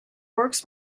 works